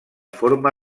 forma